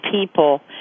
people